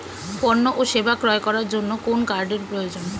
পণ্য ও সেবা ক্রয় করার জন্য কোন কার্ডের প্রয়োজন?